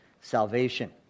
salvation